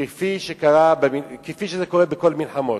כפי שזה קורה בכל המלחמות.